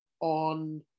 on